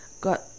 got